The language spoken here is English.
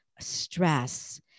stress